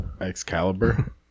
Excalibur